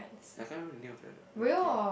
I can't remember the name of the place